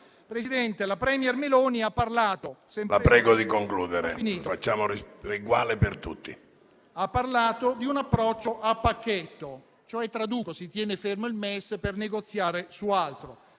Presidente, la *premier* Meloni ha parlato di un approccio a pacchetto. Traduco: si tiene fermo il MES per negoziare su altro.